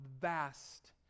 vast